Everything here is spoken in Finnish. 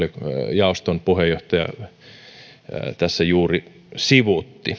jaoston puheenjohtaja tässä juuri sivuutti